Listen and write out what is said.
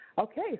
Okay